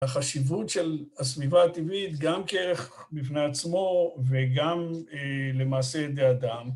החשיבות של הסביבה הטבעית גם כערך בפני עצמו וגם למעשה את דעתם.